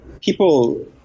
people